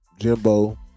Jimbo